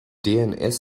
dns